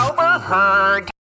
Overheard